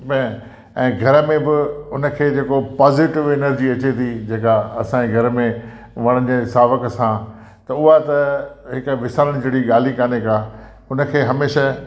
बें ऐं घर में बि उनखे जेको पॉज़िटिव एनर्जी अचे ती जेका असांजे घर में वणनि जे सावकन सां त उहा त हिकु विसारण जहिड़ी ॻाल्हि ई कोन्हे को उन खे हमेशा